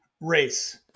race